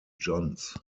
johns